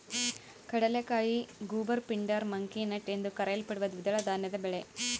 ಕಡಲೆಕಾಯಿ goober pindar monkey nut ಎಂದೂ ಕರೆಯಲ್ಪಡುವ ದ್ವಿದಳ ಧಾನ್ಯದ ಬೆಳೆ